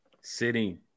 Sitting